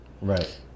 right